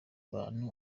abantu